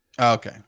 okay